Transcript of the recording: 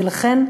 ולכן,